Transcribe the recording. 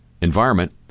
environment